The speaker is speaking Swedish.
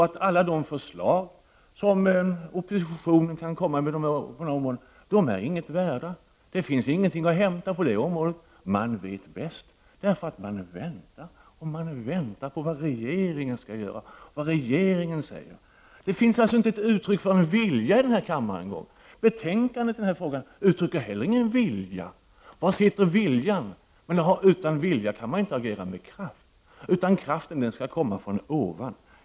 Alla de förslag som oppositionen kan komma med på detta område är inget värda. Det finns ingenting på det området. Man vet bäst, därför att man väntar, man väntar på vad regeringen skall göra, vad regeringen skall säga. Det finns i den här kammaren inte ens ett uttryck för en vilja. I betänkandet uttrycks det inte heller någon vilja. Var finns viljan? Utan vilja kan man inte agera med kraft. Kraften skall tydligen komma från ovan.